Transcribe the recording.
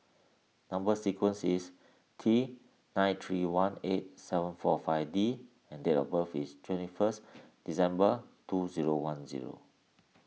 Number Sequence is T nine three one eight seven four five D and date of birth is twenty first December two zero one zero